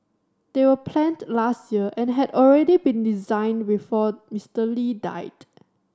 they were planned last year and had already been designed before Mister Lee died